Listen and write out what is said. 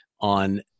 on